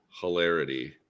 hilarity